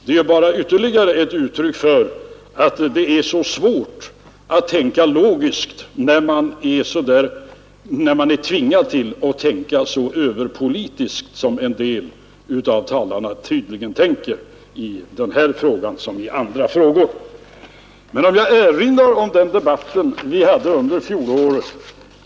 Det är bara ytterligare ett uttryck för att det är så svårt att tänka logiskt när man är tvingad att tänka så överpolitiskt som en del av talarna tydligen tänker i den här frågan. Jag erinrar om den debatt vi hade under fjolåret.